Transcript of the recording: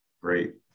Great